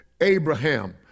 Abraham